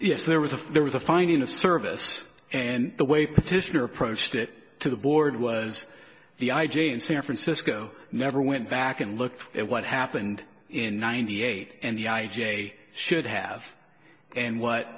yes there was a there was a finding of service and the way petitioner approached it to the board was the i g in san francisco never went back and looked at what happened in ninety eight and the idea a should have and what